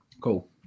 Cool